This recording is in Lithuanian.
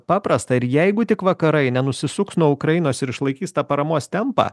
paprasta ir jeigu tik vakarai nenusisuks nuo ukrainos ir išlaikys tą paramos tempą